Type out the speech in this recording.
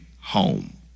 home